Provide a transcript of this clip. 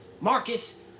Marcus